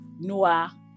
noah